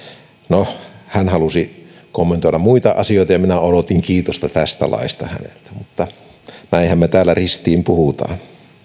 no hän halusi kommentoida muita asioita ja minä odotin kiitosta tästä laista häneltä mutta näinhän me täällä ristiin puhumme